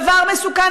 דבר מסוכן,